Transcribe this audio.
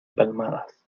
palmadas